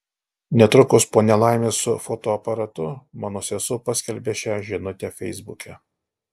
netrukus po nelaimės su fotoaparatu mano sesuo paskelbė šią žinutę feisbuke